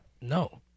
no